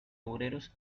obreros